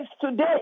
today